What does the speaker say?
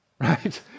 right